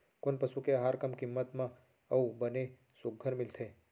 कोन पसु के आहार कम किम्मत म अऊ बने सुघ्घर मिलथे?